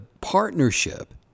partnership